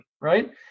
Right